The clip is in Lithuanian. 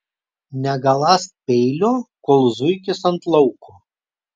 negaląsk peilio kol zuikis ant lauko